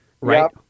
right